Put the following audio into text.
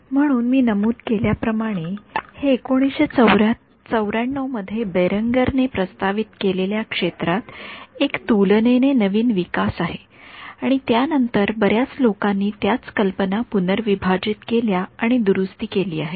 म्हणून मी नमूद केल्याप्रमाणे हे १९९४ मध्ये बेरेन्गर ने प्रस्तावित केलेल्या क्षेत्रात एक तुलनेने नवीन विकास आहे आणि त्यानंतर बर्याच लोकांनी त्याच कल्पना पुनर्विभाजित केल्या आणि दुरुस्ती केली आहे